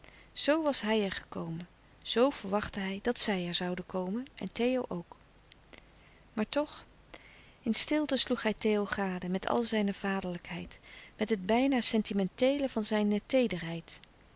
was hij er gekomen zoo verwachtte hij dat zij er zouden komen en theo ook maar toch in stilte sloeg hij theo gade met al zijne vaderlijkheid met het bijna sentimenteele van zijn